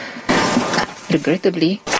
Regrettably